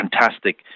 fantastic